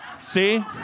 See